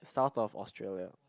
South of Australia